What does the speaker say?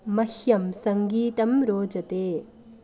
मह्यं सङ्गीतं रोचते